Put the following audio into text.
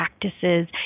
practices